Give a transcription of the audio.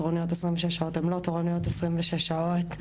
תורנויות 26 שעות, הן לא תורנויות 26 שעות.